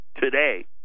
today